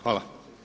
Hvala.